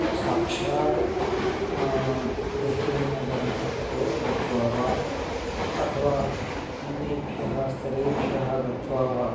साक्षात् देह्लीनगरं गत्वा गत्वा वा अथवा अन्येभ्यः स्थरेभ्यः गत्वा वा